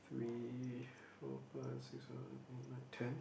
three four five six seven eight nine ten